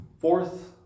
fourth